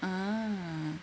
ah